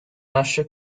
nasce